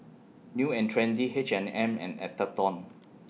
New and Trendy H and M and Atherton